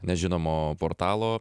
nežinomo portalo